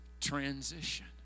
transition